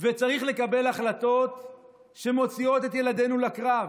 וצריך לקבל החלטות שמוציאות את ילדינו לקרב